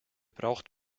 braucht